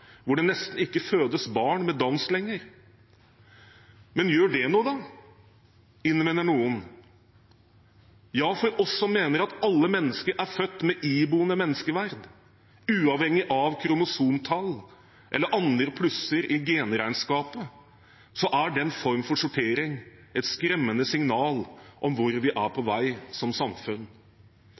hvor det nesten ikke fødes barn med Downs syndrom lenger. Men gjør det noe da, innvender noen. Ja, for oss som mener at alle mennesker er født med iboende menneskeverd, uavhengig av kromosomtall eller andre plusser i genregnskapet, er den form for sortering et skremmende signal om hvor vi er på vei som samfunn.